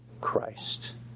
Christ